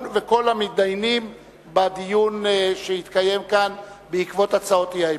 וכל המתדיינים בדיון שהתקיים כאן בעקבות הצעות האי-אמון.